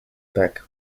back